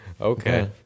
Okay